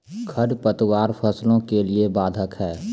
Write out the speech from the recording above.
खडपतवार फसलों के लिए बाधक हैं?